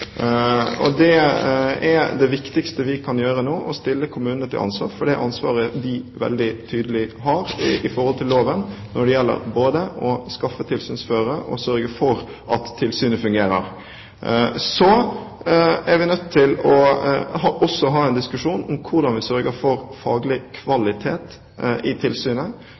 Det viktigste vi kan gjøre nå, er å stille kommunene til ansvar. Det er et ansvar de veldig tydelig har i henhold til loven, både når det gjelder å skaffe tilsynsførere og å sørge for at tilsynet fungerer. Så er vi også nødt til å ha en diskusjon om hvordan vi sørger for faglig kvalitet i tilsynet.